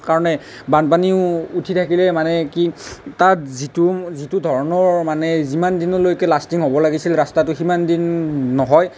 কাৰণে বানপানীও উঠি থাকিলে মানে কি তাত যিটো যিটো ধৰণৰ মানে যিমান দিনলৈকে লাষ্টিং হ'ব লাগিছিল ৰাস্তাটো সিমান দিন নহয়